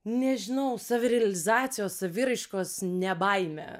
nežinau savirealizacijos saviraiškos nebaimę